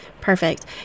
Perfect